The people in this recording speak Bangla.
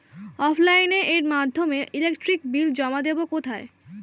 অফলাইনে এর মাধ্যমে ইলেকট্রিক বিল জমা দেবো কোথায়?